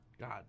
God